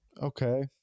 Okay